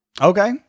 Okay